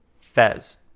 Fez